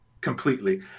completely